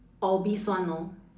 obese one know